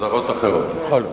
סדרות אחרות, יכול להיות.